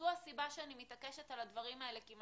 זו הסיבה שאני מתעקשת על הדברים האלה כי אם